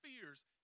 fears